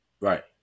right